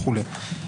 וכו'.